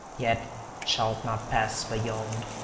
yet shalt not pass beyond.